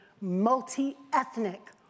multi-ethnic